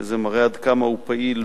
וזה מראה עד כמה הוא פעיל.